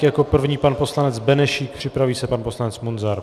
Jako první pan poslanec Benešík, připraví se pan poslanec Munzar.